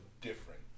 different